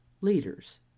leaders